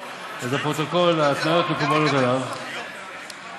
היכולת שלנו לשנות את דעתם של